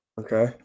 Okay